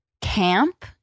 camp